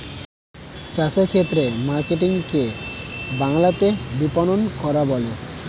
চাষের ক্ষেত্রে মার্কেটিং কে বাংলাতে বিপণন করা বলে